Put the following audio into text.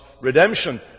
redemption